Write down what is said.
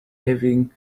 having